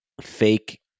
fake